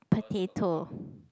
potato